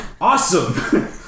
Awesome